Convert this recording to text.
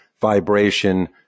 vibration